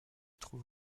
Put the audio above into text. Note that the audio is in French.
trouve